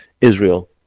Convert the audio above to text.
Israel